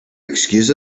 excuse